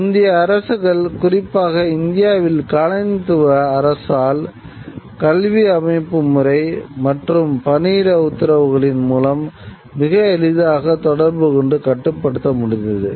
முந்தைய அரசுகள் குறிப்பாக இந்தியாவில் காலனித்துவ அரசால் கல்வி அமைப்புமுறை மற்றும் பணியிட உத்தரவுகளின் மூலம் மிக எளிதாக தொடர்பு கொண்டு கட்டுப்படுத்த முடிந்தது